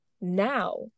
now